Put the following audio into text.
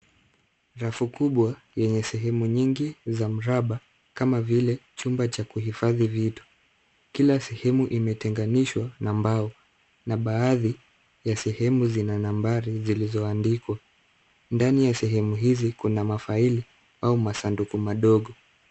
Rafu kubwa yenye sehemu nyingi za mraba kama vile chumba cha kuhifadhi vitu . Kila sehemu imetenganishwa na mbao na baadhi ya sehemu zina nambari zilizoandikwa . Ndani ya sehemu hizi kuna mafaili au masanduku madogo.